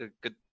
good